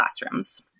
classrooms